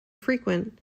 frequent